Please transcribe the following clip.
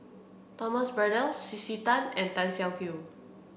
Thomas Braddell C C Tan and Tan Siak Kew